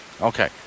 Okay